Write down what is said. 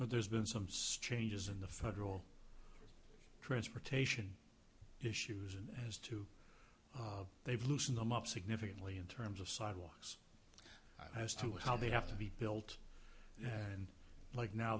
but there's been some strangers in the federal transportation issues as to they've loosened them up significantly in terms of sidewalks as to how they have to be built and like now